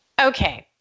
okay